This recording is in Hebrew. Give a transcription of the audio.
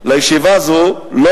לישיבה הזאת לא